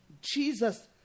Jesus